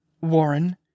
Warren